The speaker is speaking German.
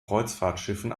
kreuzfahrtschiffen